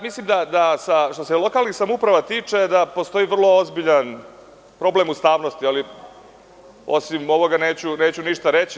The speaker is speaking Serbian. Mislim da što se tiče lokalnih samouprava, da postoji vrlo ozbiljan problem ustavnosti, ali osim ovoga neću ništa reći.